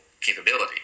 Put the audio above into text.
capability